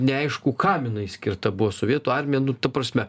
neaišku kam jinai skirta buvo sovietų armija nu ta prasme